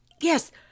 Yes